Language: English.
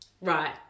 Right